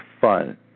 fun